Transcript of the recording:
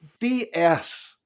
BS